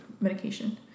medication